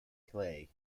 clay